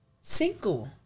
single